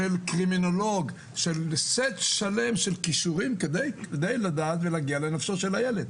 של קרימינולוג סט שלם של כישורים כדי לדעת להגיע לנפשו של הילד.